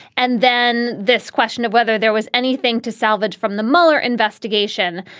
and then this question of whether there was anything to salvage from the mueller investigation.